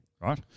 Right